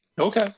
Okay